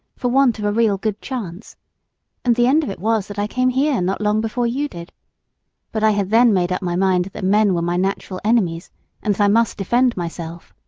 for want of a real good chance and the end of it was that i came here not long before you did but i had then made up my mind that men were my natural enemies and that i must defend myself.